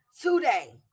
Today